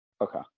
Okay